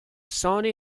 shawnee